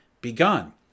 begun